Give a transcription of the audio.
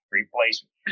replacement